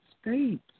States